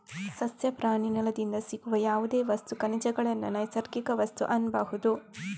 ಸಸ್ಯ, ಪ್ರಾಣಿ, ನೆಲದಿಂದ ಸಿಗುವ ಯಾವುದೇ ವಸ್ತು, ಖನಿಜಗಳನ್ನ ನೈಸರ್ಗಿಕ ವಸ್ತು ಅನ್ಬಹುದು